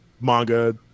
manga